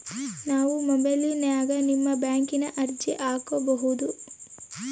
ನಾವು ಮೊಬೈಲಿನ್ಯಾಗ ನಿಮ್ಮ ಬ್ಯಾಂಕಿನ ಅರ್ಜಿ ಹಾಕೊಬಹುದಾ?